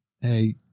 hey